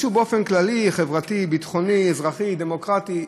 משהו באופן כללי, חברתי, ביטחוני, אזרחי, דמוקרטי.